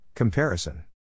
Comparison